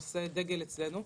היא נושא דגל אצלנו,